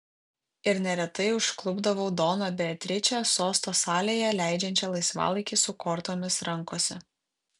ir neretai užklupdavau doną beatričę sosto salėje leidžiančią laisvalaikį su kortomis rankose